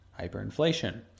hyperinflation